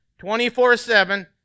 24-7